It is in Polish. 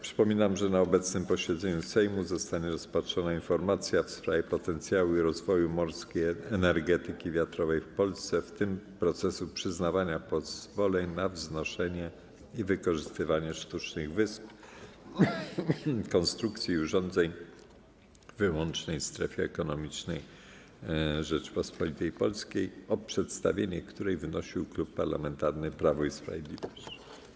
Przypominam, że na obecnym posiedzeniu Sejmu zostanie rozpatrzona informacja w sprawie potencjału i rozwoju morskiej energetyki wiatrowej w Polsce, w tym procesu przyznawania pozwoleń na wznoszenie i wykorzystywanie sztucznych wysp, konstrukcji i urządzeń w wyłącznej strefie ekonomicznej Rzeczypospolitej Polskiej, o przedstawienie której wnosił Klub Parlamentarny Prawo i Sprawiedliwość.